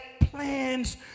plans